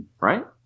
right